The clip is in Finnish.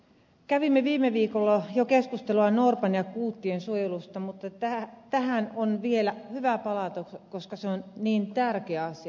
kävimme jo viime viikolla keskustelua norpan ja kuuttien suojelusta mutta tähän on vielä hyvä palata koska se on niin tärkeä asia